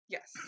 Yes